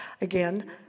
again